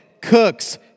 cooks